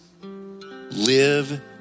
live